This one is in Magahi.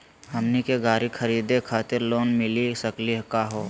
हमनी के गाड़ी खरीदै खातिर लोन मिली सकली का हो?